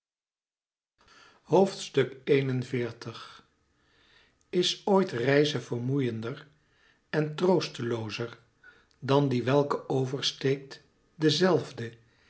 is ooit reize vermoeiender en troosteloozer dan die welke oversteekt de zelfde